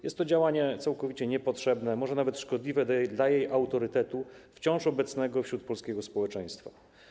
Jest to działanie całkowicie niepotrzebne, może nawet szkodliwe dla jej autorytetu, którym nadal cieszy się wśród polskiego społeczeństwa.